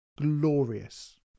glorious